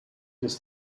des